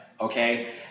okay